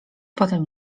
potem